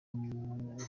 w’ukwemera